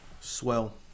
Swell